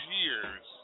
years